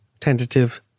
tentative